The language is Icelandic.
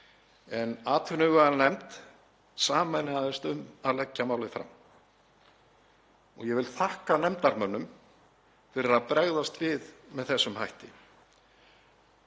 en atvinnuveganefnd sameinaðist um að leggja málið fram. Ég vil þakka nefndarmönnum fyrir að bregðast við með þessum hætti.